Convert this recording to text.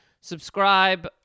subscribe